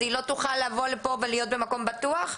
אז היא לא תוכל לבוא לפה ולהיות במקום בטוח?